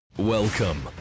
Welcome